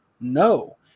No